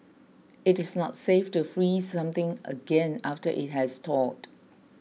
it is not safe to freeze something again after it has thawed